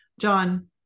John